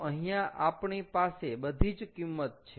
તો અહીંયા આપણી પાસે બધી જ કિંમત છે